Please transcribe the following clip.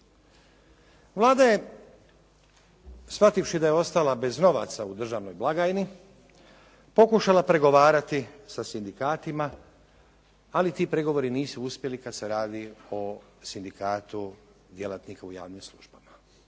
Vlada je, shvativši da je ostala bez novaca u državnoj blagajni, pokušala pregovarati sa sindikatima, ali ti pregovori nisu uspjeli kad se radi o Sindikatu djelatnika u javnim službama.